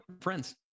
friends